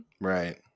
Right